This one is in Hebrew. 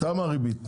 כמה הריבית?